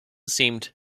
seemed